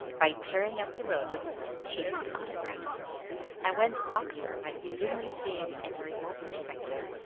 by tearing up the road with his impatient autographs and whence boxer might be dimly seen in the remote perspective,